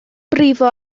brifo